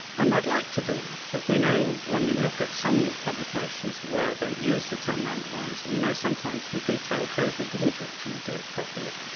and i'd like to do that but but we know when we look at some publications where they've used the term randomised we know sometimes the detail shows that they didn't actually do it properly.